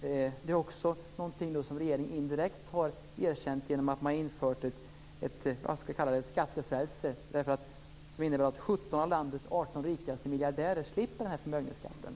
Det är också någonting som regeringen indirekt har erkänt genom att man har infört ett skattefrälse som innebär att 17 av landets 18 rikaste miljardärer slipper den här förmögenhetsskatten.